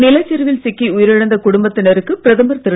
நிலச்சரிவில் சிக்கி உயிரிழந்த குடும்பத்தினருக்கு பிரதமர் திரு